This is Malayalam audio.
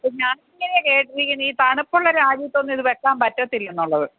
അപ്പം ഞാൻ അങ്ങനെയാണ് കേട്ടിരിക്കുന്നത് ഈ തണുപ്പുള്ള രാജ്യത്തൊന്നും ഇത് വെക്കാൻ പറ്റത്തില്ല എന്നുള്ളത്